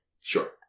Sure